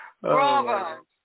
Bravo